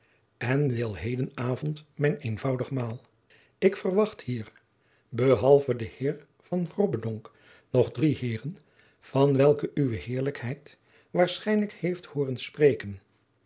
en deel heden avond mijn eenvoudig maal ik verwacht hier behalve den heer van grobbendonck nog drie heeren van welke uwe h waarschijnlijk heeft hooren spreken